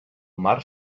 mar